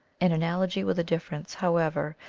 an analogy with a difference, however,